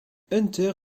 hunter